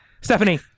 stephanie